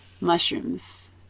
mushrooms